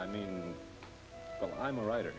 i mean i'm a writer